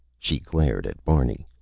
she glared at barney.